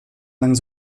lang